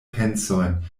pensojn